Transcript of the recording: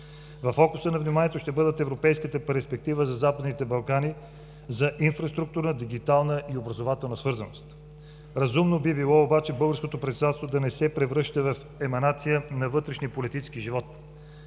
Във фокуса на вниманието ще бъдат европейската перспектива за Западните Балкани за инфраструктурна, дигитална и образователна свързаност. Разумно би било обаче българското председателство да не се превръща в еманация на вътрешния политически живот.